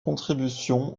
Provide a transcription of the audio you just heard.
contribution